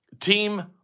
team